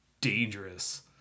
dangerous